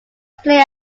play